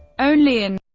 only in